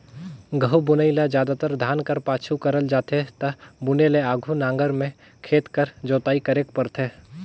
गहूँ बुनई ल जादातर धान कर पाछू करल जाथे ता बुने ले आघु नांगर में खेत कर जोताई करेक परथे